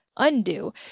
Undo